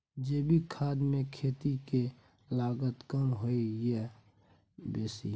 जैविक खाद मे खेती के लागत कम होय ये आ बेसी?